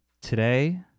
Today